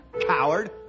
Coward